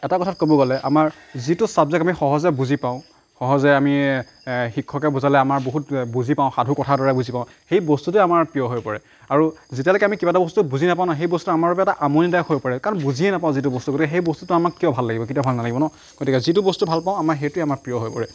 এটা কথাত ক'ব গ'লে আমাৰ যিটো চাবজেক্ট আমি সহজে বুজি পাওঁ সহজে আমি শিক্ষকে বুজালে আমাৰ বহুত বুজি পাওঁ সাধুকথাৰ দৰে বুজি পাওঁ সেই বস্তুটোৱে আমাৰ প্ৰিয় হৈ পৰে আৰু যেতিয়ালৈকে আমি কিবা এটা বস্তু বুজি নাপাওঁ ন সেই বস্তুটো আমাৰ বাবে এটা আমনিদায়ক হৈ পৰে কাৰণ বুজিয়ে নাপাওঁ যিটো বস্তু গতিকে সেই বস্তুটো আমাৰ কিয় ভাল লাগিব কেতিয়াও ভাল নালাগিব ন গতিকে যিটো বস্তু ভালপাওঁ আমাৰ সেইটোৱে আমাৰ প্ৰিয় হৈ পৰে